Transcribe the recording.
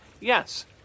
Yes